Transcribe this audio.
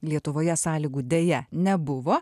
lietuvoje sąlygų deja nebuvo